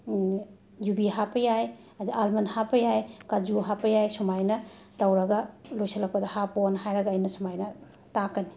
ꯌꯨꯕꯤ ꯍꯥꯞꯄ ꯌꯥꯏ ꯑꯗ ꯑꯥꯜꯃꯟ ꯍꯥꯞꯄ ꯌꯥꯏ ꯀꯥꯖꯨ ꯍꯥꯞꯄ ꯌꯥꯏ ꯁꯨꯃꯥꯏꯅ ꯇꯧꯔꯒ ꯂꯣꯏꯁꯜꯂꯛꯄꯗ ꯍꯥꯞꯄꯣꯅ ꯍꯥꯏꯔꯒ ꯑꯩꯅ ꯁꯨꯃꯥꯏꯅ ꯇꯥꯛꯀꯅꯤ